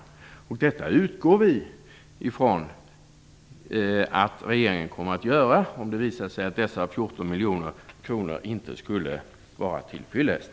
Detta utgår vi ifrån att regeringen kommer att göra om det visar sig att dessa 14 miljoner kronor inte skulle vara till fyllest.